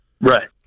Right